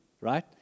right